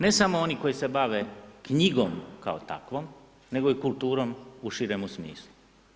Ne samo oni koji se bave knjigom kao takvom nego i kulturom u širemu smislu.